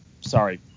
sorry